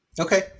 Okay